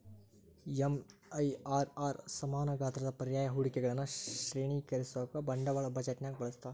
MIRR ಸಮಾನ ಗಾತ್ರದ ಪರ್ಯಾಯ ಹೂಡಿಕೆಗಳನ್ನ ಶ್ರೇಣೇಕರಿಸೋಕಾ ಬಂಡವಾಳ ಬಜೆಟ್ನ್ಯಾಗ ಬಳಸ್ತಾರ